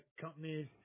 companies –